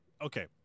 okay